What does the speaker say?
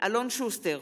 אלון שוסטר,